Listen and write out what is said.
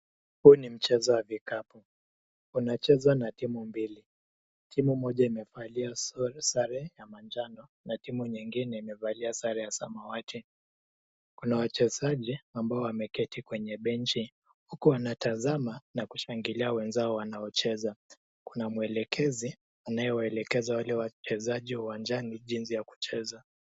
Huu ni mchezo wa vikapu. Unachezwa na timu mbili. Timu moja imevalia sare ya manjano na timu nyingine imevalia sare ya samawati. Kuna wachezaji ambao wameketi kwenye benchi huku wanatazama na kushangilia wenzao wanaocheza. Kuna mwelekezi anayewaelekeza wale wachezaji uwajani jinsi ya kucheza.